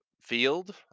field